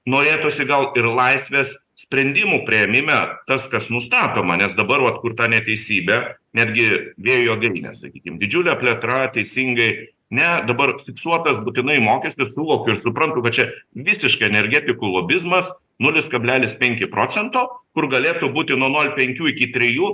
norėtųsi gal ir laisvės sprendimų priėmime tas kas nustatoma nes dabar vat kur ta neteisybė netgi vėjo jėgainės sakykim didžiulė plėtra teisingai ne dabar fiksuotas būtinai mokestis suvokiu ir suprantu kad čia visiškai energetikų lobizmas nulis kablelis penki procento kur galėtų būti nuo nol penkių iki trijų